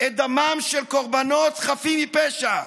דמם של קורבנות חפים מפשע.